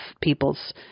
people's